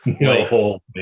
No